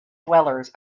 dwellers